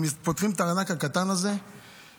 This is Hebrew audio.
הם פותחים את הארנק הקטן הזה ומוציאים